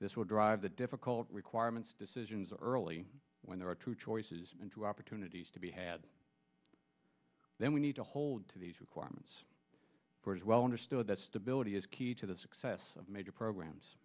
this will drive the difficult requirements decisions early when there are two choices and two opportunities to be had then we need to hold to these requirements for is well understood that stability is key to the success of major programs